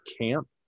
camp